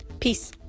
Peace